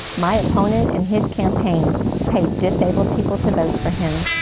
my opponent and his campaign paid disabled people to vote for him.